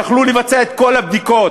יכלו לבצע את כל הבדיקות.